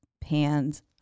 pans